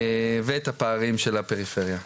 ואת הפערים של הפריפריה.